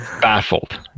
Baffled